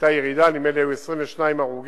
היתה ירידה, נדמה לי שהיו 22 הרוגים,